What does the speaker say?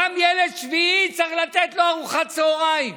גם ילד שביעי צריך לתת לו ארוחת צוהריים,